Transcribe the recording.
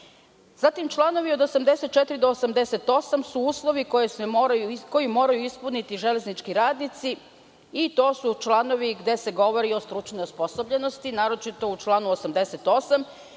članovi od 84. do 88. su uslovi koje moraju ispuniti železnički radnici i to su članovi gde se govori o stručnoj osposobljenosti, naročito u članu 88.